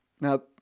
Now